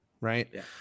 right